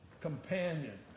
companion